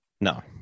No